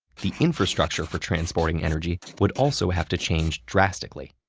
the infrastructure for transporting energy would also have to change drastically.